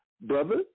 brother